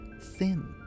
thin